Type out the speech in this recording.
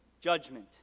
judgment